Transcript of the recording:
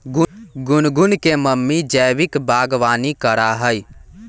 गुनगुन के मम्मी जैविक बागवानी करा हई